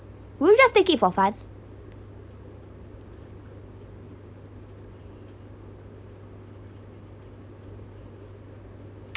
would you just take it for fun